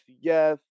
yes